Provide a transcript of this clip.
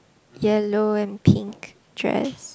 yellow and pink dress